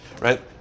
Right